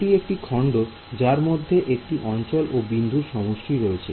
এটি একটি খন্ড যার মধ্যে একটি অঞ্চল ও বিন্দুর সমষ্টি রয়েছে